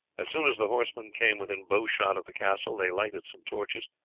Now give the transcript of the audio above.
as soon as the horsemen came within bow-shot of the castle they lighted some torches,